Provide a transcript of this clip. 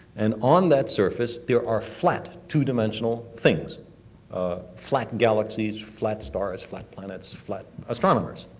and on that surface there are flat two-dimensional things ah flat galaxies, flat stars, flat planets, flat astronomers.